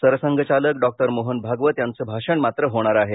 sir संघचालक doctor Mohan Bhagwat यांचं भाषण मात्र होणार आहे